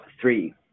three